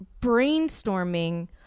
brainstorming